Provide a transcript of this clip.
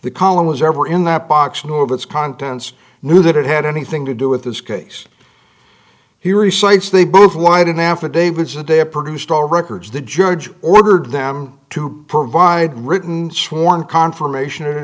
the column was ever in that box nor of its contents knew that it had anything to do with this case he recites they both wired in affidavits that they had produced all records the judge ordered them to provide written sworn confirmation and